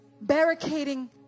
barricading